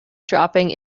dropping